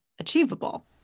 achievable